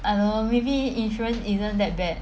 I don't know maybe insurance isn't that bad